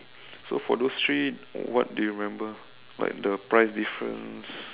so for those three what do you remember like the price difference